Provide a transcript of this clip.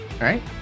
right